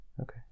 okay